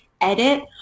edit